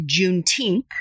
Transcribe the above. Juneteenth